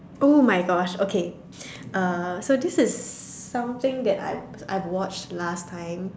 !oh-my-gosh! okay uh so this is something that I I've watched last time